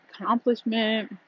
accomplishment